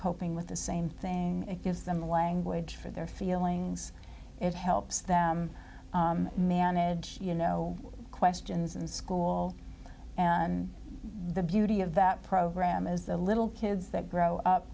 coping with the same thing it gives them language for their feelings it helps them manage you know questions in school and the beauty of that program is the little kids that